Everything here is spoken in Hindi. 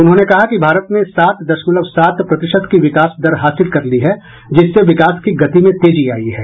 उन्होंने कहा कि भारत ने सात दशमलव सात प्रतिशत की विकास दर हासिल कर ली है जिससे विकास की गति में तेजी आयी है